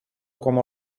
como